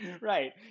right